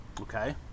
Okay